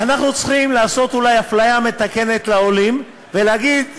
אנחנו צריכים לעשות אולי אפליה מתקנת לעולים ולהגיד,